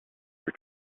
your